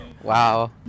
Wow